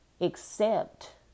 accept